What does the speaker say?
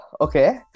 okay